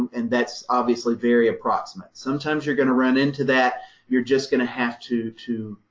and that's obviously very approximate. sometimes you're going to run into that you're just going to have to, to